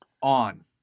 on